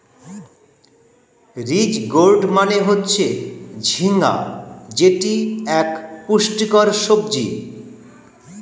ridge gourd মানে হচ্ছে ঝিঙ্গা যেটি এক পুষ্টিকর সবজি